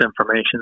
information